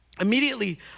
immediately